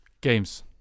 games